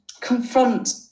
confront